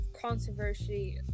controversy